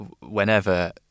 whenever